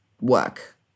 work